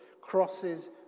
crosses